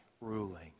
ruling